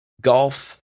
golf